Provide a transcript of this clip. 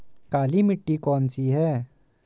काली मिट्टी कौन सी है?